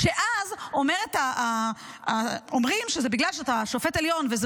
אז אומרים שבגלל שאתה שופט עליון וזה